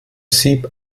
sieb